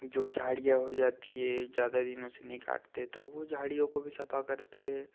जो झाड़ियाँ हो जाती हैं ज़्यादा दिनों से नहीं काटते तो वो झाड़ियों को भी सफ़ा करते हैं